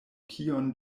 kion